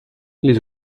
des